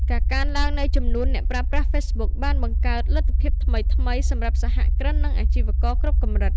ការកើនឡើងនៃចំនួនអ្នកប្រើប្រាស់ Facebook បានបង្កើតលទ្ធភាពថ្មីៗសម្រាប់សហគ្រិន និងអាជីវករគ្រប់កម្រិត។